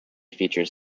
features